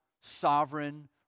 sovereign